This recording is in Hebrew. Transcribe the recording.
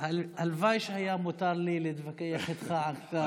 הלוואי שהיה מותר לי להתווכח איתך, השר.